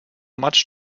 much